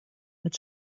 mit